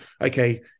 okay